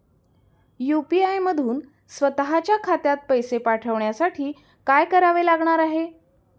UPI मधून स्वत च्या खात्यात पैसे पाठवण्यासाठी काय करावे लागणार आहे?